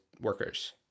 workers